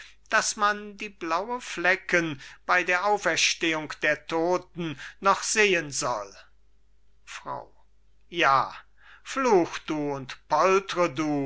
daß man die blauen flecken bei der auferstehung der todten noch sehen soll frau ja fluch du und poltre du